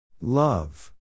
Love